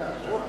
היות